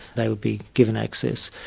they would be given access.